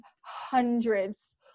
hundreds